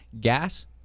Gas